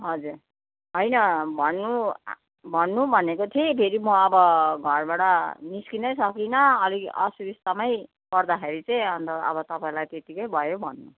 हजुर होइन भन्नु भन्नु भनेको थिएँ फेरि म अब घरबाट निस्किनै सकिनँ अलिक असुविस्तामै गर्दाखेरि चाहिँ अन्त अब तपाईँलाई त्यतिकै भयो भन्न